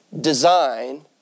design